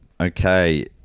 Okay